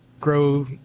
grow